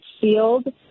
sealed